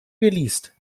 geleast